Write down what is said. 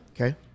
Okay